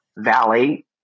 Valley